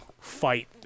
fight